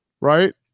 right